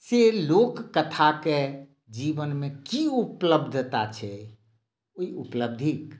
से लोककथाके जीवनमे की उपलब्धता छै ई उपलब्धिक